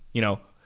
you know,